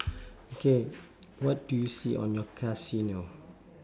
okay what do you see on your casino